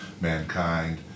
mankind